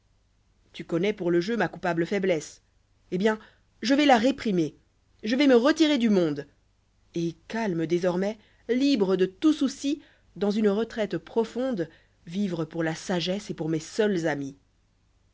tu connois pour le jeu ma coupable fôiblesse eh bien je vais la réprimer je vais me retirer du monde et calme désormais libre de tous soucis dans une retraite profonde vivre pour la sagesse et pour mes seuls amis